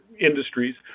industries